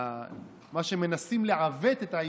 כשמנסים לעוות את העברית,